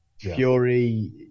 Fury